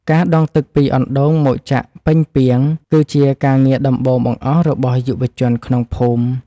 ការដងទឹកពីអណ្តូងមកចាក់ពេញពាង គឺជាការងារដំបូងបង្អស់របស់យុវជនក្នុងភូមិ។